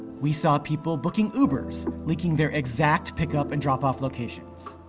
we saw people booking ubers, leaking their exact pickup and drop-off locations.